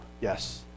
yes